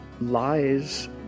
Lies